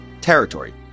territory